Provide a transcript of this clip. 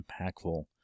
impactful